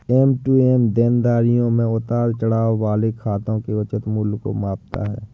M to M देनदारियों में उतार चढ़ाव वाले खातों के उचित मूल्य को मापता है